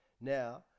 Now